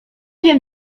wiem